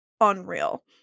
unreal